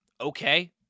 okay